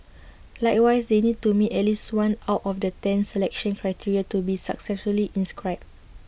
likewise they need to meet at least one out of the ten selection criteria to be successfully inscribed